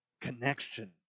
connection